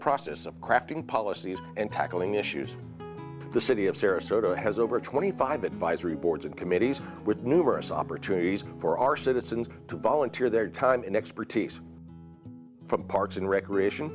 process of crafting policies and tackling issues the city of sarasota has over twenty five advisory boards and committees with numerous opportunities for our citizens to volunteer their time and expertise from parks and recreation